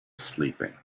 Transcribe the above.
sleeping